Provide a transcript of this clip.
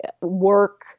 work